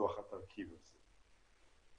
לפיתוח התרכיב הזה.